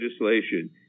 legislation